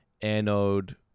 anode